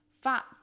fat